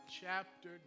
chapter